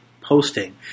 posting